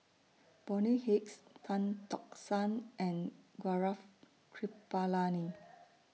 Bonny Hicks Tan Tock San and Gaurav Kripalani